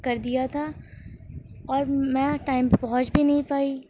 کر دیا تھا اور میں ٹائم پے پہنچ بھی نہیں پائی